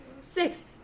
six